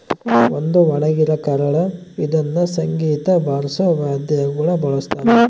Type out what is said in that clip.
ಒಂದು ಒಣಗಿರ ಕರಳು ಇದ್ನ ಸಂಗೀತ ಬಾರ್ಸೋ ವಾದ್ಯಗುಳ ಬಳಸ್ತಾರ